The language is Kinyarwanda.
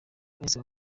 bahise